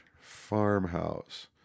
Farmhouse